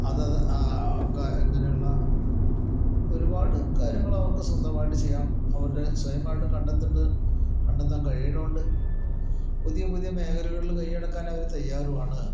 അത് അങ്ങനെയുള്ള ഒരുപാട് കാര്യങ്ങള് അവർക്ക് സ്വന്തമായിട്ട് ചെയ്യാം അവരുടെ സ്വയമായിട്ട് കണ്ടത്തേണ്ടത് കണ്ടെത്താൻ കഴിയണുണ്ട് പുതിയ പുതിയ മേഖലകളില് കയ്യടക്കാൻ അവര് തയ്യാറുമാണ്